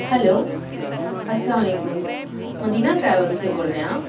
hello السّلام علیکم Madina travel سے بول رہے ہیں آپ